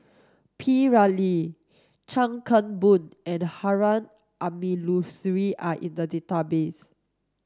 P Ramlee Chuan Keng Boon and Harun Aminurrashid are in the database